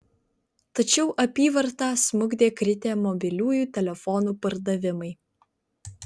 tačiau apyvartą smukdė kritę mobiliųjų telefonų pardavimai